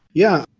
yeah.